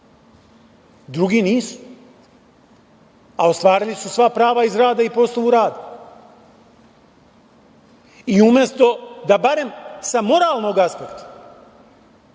drugi nisu, a ostvarili su svoja prava iz rada i po osnovu rada. I umesto da barem sa moralnog aspekta